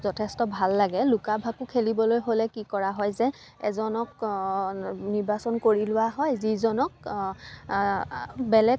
যথেষ্ট ভাল লাগে লুকা ভাকু খেলিবলৈ হ'লে কি কৰা হয় যে এজনক নিৰ্বাচন কৰি লোৱা হয় যিজনক বেলেগ